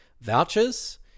vouchers